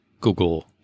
Google